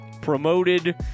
promoted